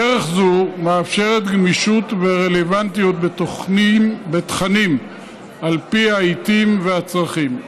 דרך זו מאפשרת גמישות ורלוונטיות בתכנים על פי העיתים והצרכים.